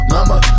Mama